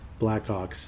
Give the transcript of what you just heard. Blackhawks